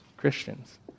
Christians